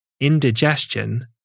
indigestion